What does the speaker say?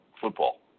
football